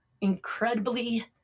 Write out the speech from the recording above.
incredibly